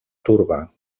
turba